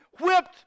whipped